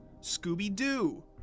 Scooby-Doo